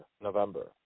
November